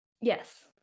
Yes